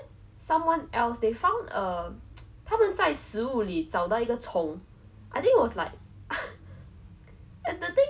the scariest one I think you make me so scared I think err in sec two we went to Kota Tinggi for the school camp